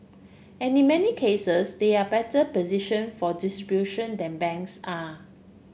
and in many cases they are better position for distribution than banks are